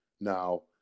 Now